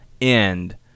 end